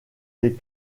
les